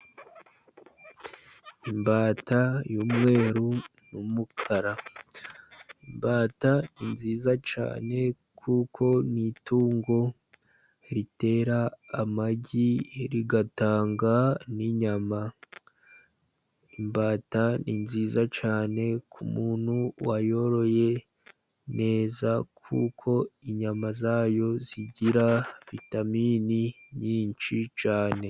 Imbata y'umweru n'umukara. Imbata ni nziza cyane kuko n'itungo ritera amagi rigatanga n'inyama. Imbata ni nziza cyane ku muntu wayoroye neza, kuko inyama zayo zigira vitamini nyinshi cyane.